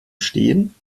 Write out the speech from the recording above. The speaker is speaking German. stehen